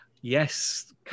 Yes